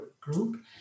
group